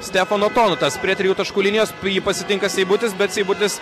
stefono tonutas prie trijų taškų linijos pasitinka seibutis bet seibutis